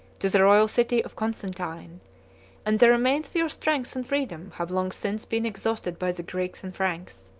to the royal city of constantine and the remains of your strength and freedom have long since been exhausted by the greeks and franks.